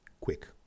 quick